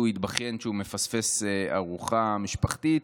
הוא התבכיין שהוא מפספס ארוחה משפחתית.